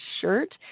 shirt